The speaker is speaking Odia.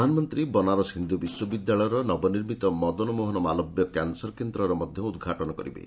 ପ୍ରଧାନମନ୍ତ୍ରୀ ବନାରସ୍ ହିନ୍ଦୁ ବିଶ୍ୱବିଦ୍ୟାଳୟର ନବନମିତ ମଦନମୋହନ ମାଲବ୍ୟ କ୍ୟାନସର କେନ୍ଦ୍ରର ମଧ୍ୟ ଉଦ୍ଘାଟନ କରିବେ